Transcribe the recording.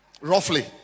Roughly